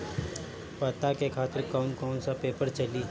पता के खातिर कौन कौन सा पेपर चली?